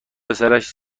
پسرش